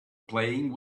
playing